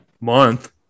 month